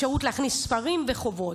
אפשרות להכניס ספרים וחוברות.